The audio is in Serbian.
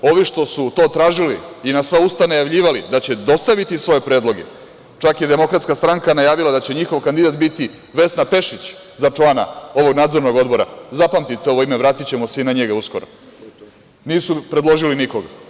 Ovi što su to tražili i na sva usta najavljivali da će dostaviti svoje predloge, čak je i DS najavila da će njihov kandidat biti Vesna Pešić za člana ovog Nadzornog odbora, zapamtite ovo ime, vratićemo se i na njega uskoro, nisu predložili nikog.